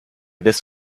this